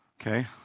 Okay